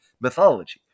mythology